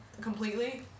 completely